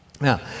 Now